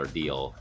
deal